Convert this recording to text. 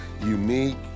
unique